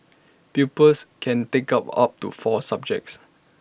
pupils can take up up to four subjects